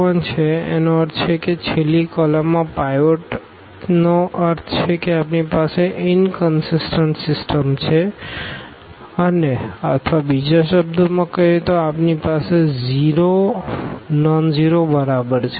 અને તેનો અર્થ એ કે છેલ્લી કોલમમાં પાઈવોટનો અર્થ છે કે આપણી પાસે ઇનકનસીસટન્ટ સિસ્ટમ છે અને અથવા બીજા શબ્દોમાં કહીએ તો આપણી પાસે 0 નોનઝીરો બરાબર છે